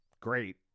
great